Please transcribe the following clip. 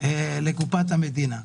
לקופת המדינה,